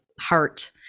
heart